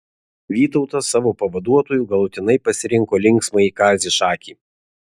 vytautas savo pavaduotoju galutinai pasirinko linksmąjį kazį šakį